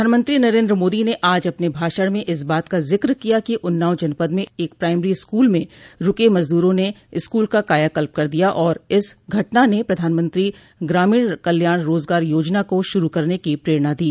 प्रधानमंत्री नरेन्द्र मोदी ने आज अपने भाषण में इस बात का जिक्र किया कि उन्नाव जनपद में एक प्राइमरी स्कूल में रूके मजदूरो ने स्कूल का कायाकल्प कर दिया और इस घटना ने प्रधानमंत्री ग्रामीण कल्याण रोजगार योजना को शुरू करने की प्रेरणा दी